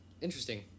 Interesting